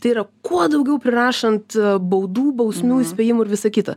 tai yra kuo daugiau prirašant baudų bausmių įspėjimų ir visa kita